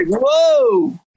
Whoa